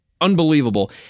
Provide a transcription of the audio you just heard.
unbelievable